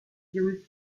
cyrus